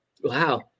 Wow